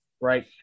Right